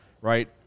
right